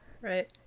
Right